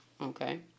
Okay